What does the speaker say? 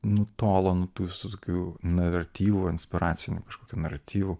nutolo nuo tų visų tokių naratyvų inspiracinių kažkokių naratyvų